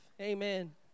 Amen